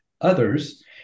others